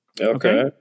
Okay